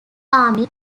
army